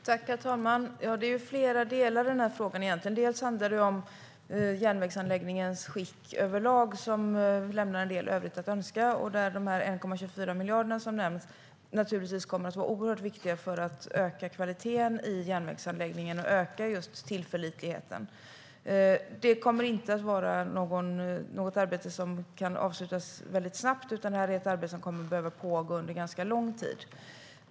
Herr talman! Det finns egentligen flera delar i frågan. Delvis handlar det om järnvägens skick överlag, och det lämnar en del övrigt att önska. De 1,24 miljarder som nämndes kommer naturligtvis att vara oerhört viktiga för att öka kvaliteten i järnvägsanläggningen och öka tillförlitligheten. Det kommer inte att vara något arbete som kan avslutas väldigt snabbt, utan det kommer att behöva pågå under ganska lång tid.